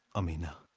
amina.